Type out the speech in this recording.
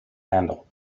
handle